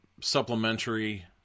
supplementary